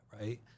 right